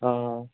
हां